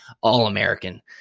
All-American